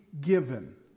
given